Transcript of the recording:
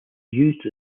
used